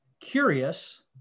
curious